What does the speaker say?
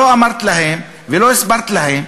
לא אמרת להם ולא הסברת להם,